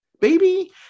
baby